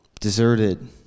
deserted